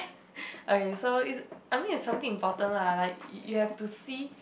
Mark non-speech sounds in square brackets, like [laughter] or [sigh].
[noise] okay so it's I mean it's something important lah like y~ you have to see